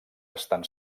estan